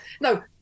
No